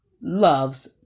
loves